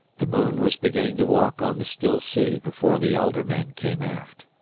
the moon was beginning to walk on the still sea before the elder men came aft.